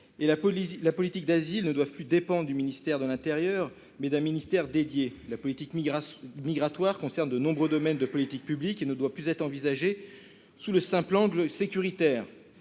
et la politique d'asile doivent dépendre non plus du ministère de l'intérieur, mais d'un ministère dédié. La politique migratoire concerne de nombreux domaines de politiques publiques et ne doit plus être envisagée sous le seul angle sécuritaire